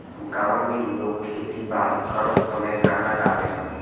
गांव में लोग खेती बारी करत समय गाना गावेलन